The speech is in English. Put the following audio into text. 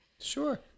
Sure